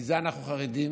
מזה אנחנו חרדים,